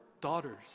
daughters